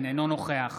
אינו נוכח